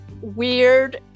weird